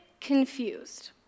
confused